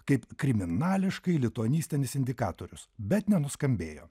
kaip kriminališkai lituanistinis indikatorius bet nenuskambėjo